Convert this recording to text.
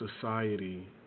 society